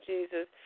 Jesus